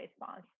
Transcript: response